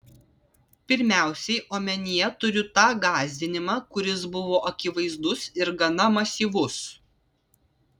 pirmiausiai omenyje turiu tą gąsdinimą kuris buvo akivaizdus ir gana masyvus